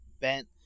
bent